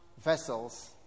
vessels